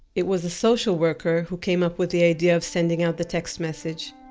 it was the social worker who came up with the idea of sending out the text message.